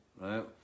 right